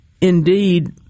indeed